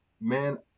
Man